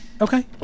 Okay